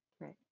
Right